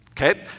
Okay